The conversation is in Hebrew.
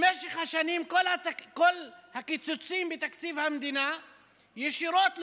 במשך השנים כל הקיצוצים בתקציב המדינה לוקחים